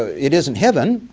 it isn't heaven,